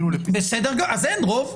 אז אין רוב.